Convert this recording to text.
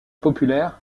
populaire